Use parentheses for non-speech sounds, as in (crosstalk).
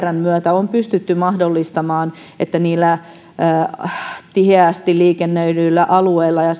on pystytty mahdollistamaan että niillä tiheästi liikennöidyillä alueilla ja (unintelligible)